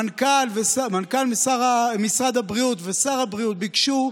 מנכ"ל משרד הבריאות ושר הבריאות ביקשו,